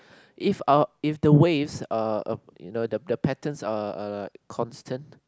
if our if the waves are a~ you know th~ the patterns are are like constant